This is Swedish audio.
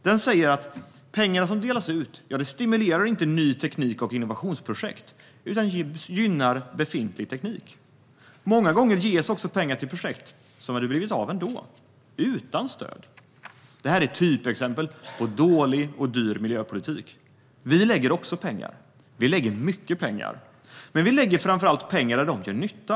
Den säger att pengarna som delas ut inte stimulerar ny teknik och innovationsprojekt utan gynnar befintlig teknik. Många gånger ges också pengar till projekt som antagligen hade blivit av ändå, utan stöd. Det här är typexempel på dålig och dyr miljöpolitik. Vi lägger också pengar - mycket pengar - men vi lägger framför allt pengar där de gör nytta.